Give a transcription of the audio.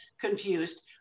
confused